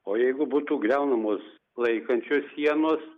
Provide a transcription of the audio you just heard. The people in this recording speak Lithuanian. o jeigu būtų griaunamos laikančios sienos